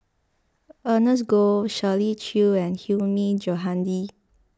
Ernest Goh Shirley Chew and Hilmi Johandi